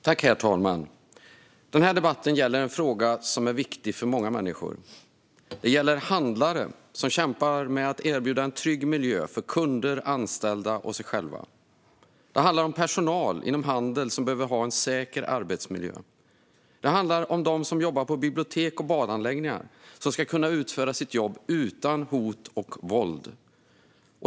Herr talman! Denna debatt gäller en fråga som är viktig för många människor. Det handlar om handlare som kämpar med att erbjuda en trygg miljö för kunder, anställda och sig själva. Det handlar om personal inom handel som behöver ha en säker arbetsmiljö. Det handlar om dem som jobbar på bibliotek och badanläggningar och som ska kunna utföra sitt jobb utan hot och våld.